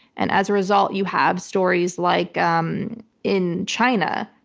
and as a result, you have stories like um in china,